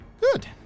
good